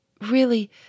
Really